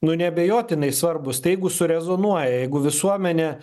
nu neabejotinai svarbūs tai jeigu surezonuoja jeigu visuomenė